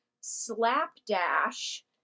slapdash